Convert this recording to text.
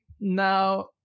Now